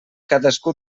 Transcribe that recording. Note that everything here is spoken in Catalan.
cadascú